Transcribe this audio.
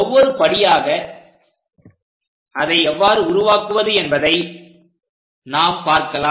ஒவ்வொரு படியாக அதை எவ்வாறு உருவாக்குவது என்பதை நாம் பார்க்கலாம்